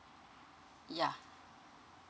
yeah